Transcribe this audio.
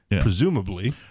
presumably